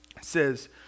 says